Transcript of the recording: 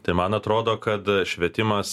tai man atrodo kad švietimas